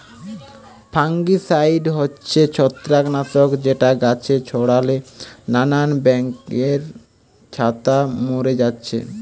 fungicide হচ্ছে ছত্রাক নাশক যেটা গাছে ছোড়ালে নানান ব্যাঙের ছাতা মোরে যাচ্ছে